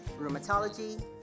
rheumatology